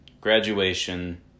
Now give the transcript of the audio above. graduation